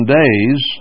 days